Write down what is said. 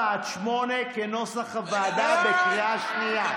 4 8, כנוסח הוועדה, בקריאה שנייה.